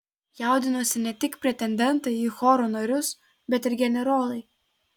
jaudinosi ne tik pretendentai į choro narius bet ir generolai